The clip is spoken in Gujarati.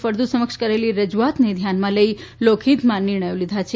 ફળદુ સમક્ષ કરેલી રજૂઆતને ધ્યાનમાં લઈને લોકહિતમાં નિર્ણયો લીધા છે